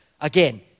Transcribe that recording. Again